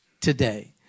today